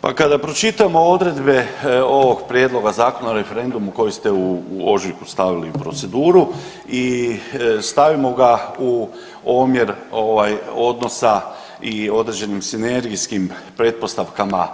Pa kada pročitamo odredbe ovog prijedloga Zakona o referendumu koji ste u ožujku stavili u proceduru i stavimo ga u omjer ovaj odnosa i određenim sinergijskim pretpostavkama